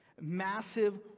Massive